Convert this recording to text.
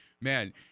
man